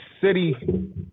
City